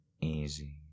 easy